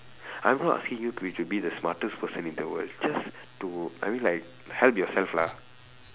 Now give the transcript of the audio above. I'm not asking you to be the smartest person in the world just to I mean like help yourself lah